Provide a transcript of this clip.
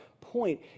point